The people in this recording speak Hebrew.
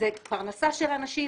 זו פרנסה של אנשים,